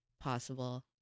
possible